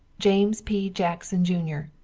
james p. jackson jr.